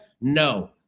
No